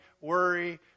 worry